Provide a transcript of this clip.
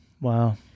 Wow